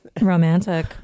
romantic